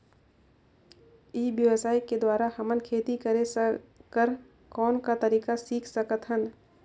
ई व्यवसाय के द्वारा हमन खेती करे कर कौन का तरीका सीख सकत हन?